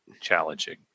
challenging